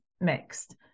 mixed